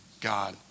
God